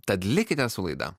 tad likite su laida